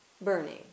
burning